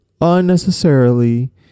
unnecessarily